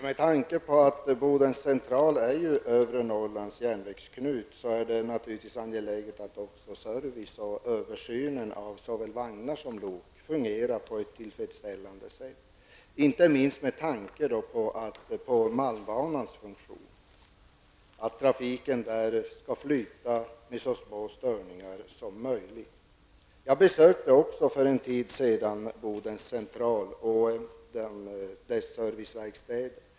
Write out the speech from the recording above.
Herr talman! Med tanke på att Bodens Central är övre Norrlands järnvägsknut är det naturligtvis angeläget att också service och översyn av såväl vagnar som lok fungerar på ett tillfredsställande sätt. Inte minst med tanke på malmbanans funktion är det viktigt att trafiken där kan flyta med så små störningar som möjligt. Jag besökte för en tid sedan Bodens Central och dess serviceverkstäder.